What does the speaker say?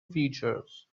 features